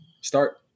Start